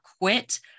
quit